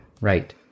Right